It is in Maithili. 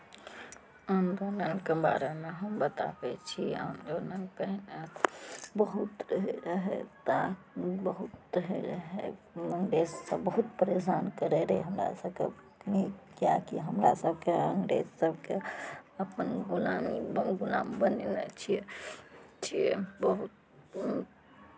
आन्दोलनके बारेमे हम बताबै छी आन्दोलन पहिने बहुत होइत रहै तऽ बहुत होइत रहै अंग्रेजसभ बहुत परेशान करैत रहै हमरा सभकेँ किएकि हमरा सभकेँ अंग्रेज सभके अपन गुलामी गुलाम बनयने छियै छियै बहुत